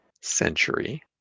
century